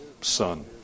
son